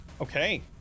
Okay